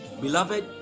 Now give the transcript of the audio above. Beloved